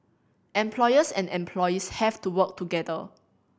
employers and employees have to work together